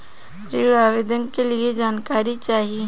ऋण आवेदन के लिए जानकारी चाही?